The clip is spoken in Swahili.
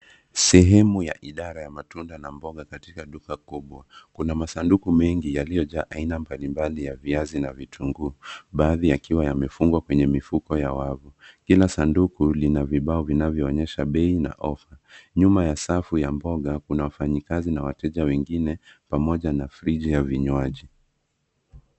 Sehemu ya idara ya matunda na mboga katika duka kubwa. Kuna masanduku mengi yaliyo jaa aina mbalimbali ya viazi na vitunguu baadhi yakiwa yamefungwa kwenye mifuko ya wavu. Kila sanduku lina vibao vinavyo onyesha bei na [cs ] ofa[cs ]. Nyuma ya safu ya mboga kuna wafanyakazi na wateja wengine pamoja na friji y a vinywaji.